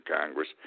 Congress